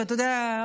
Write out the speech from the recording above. שאתה יודע,